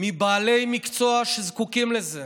מבעלי מקצוע שזקוקים לזה.